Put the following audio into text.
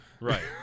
Right